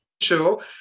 show